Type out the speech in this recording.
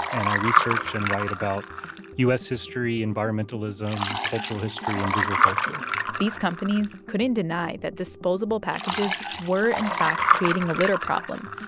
and i research and write about u s. history, environmentalism, cultural history and visual culture these companies couldn't deny that disposable packages were in fact creating a litter problem.